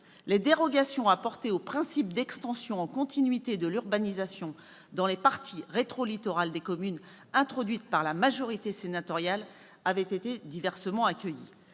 Les dérogations apportées au principe d'extension en continuité de l'urbanisation dans les parties rétro-littorales des communes, introduites par la majorité sénatoriale, avaient été diversement accueillies.